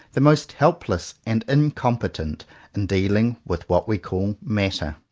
the most helpless and incompetent in dealing with what we call matter,